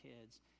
kids